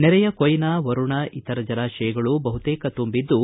ನೆರೆಯ ಕೊಯ್ನಾ ವರುಣ ಇತರ ಜಲಾಶಯಗಳು ಬಹುತೇಕ ತುಂಬಿದ್ಲು